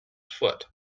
foot